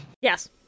Yes